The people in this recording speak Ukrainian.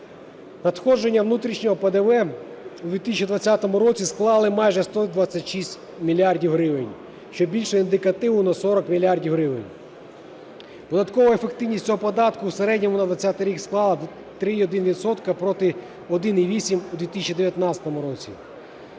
Надходження внутрішнього ПДВ у 2020 році склали майже 126 мільярдів гривень, що більше індикативу на 40 мільярдів гривень. Податкова ефективність цього податку в середньому на 2020 рік склала 3,1 відсотка проти 1,8 у 2019 році.